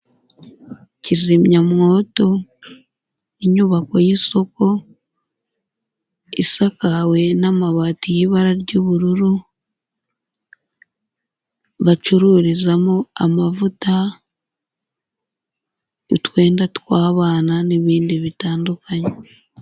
Kizimyamwoto, inyubako y'isoko isakaye n'amabati y'ibara ry'ubururu, bacururizamo amavuta, utwenda tw'abana n'ibindi bitandukanye.